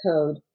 code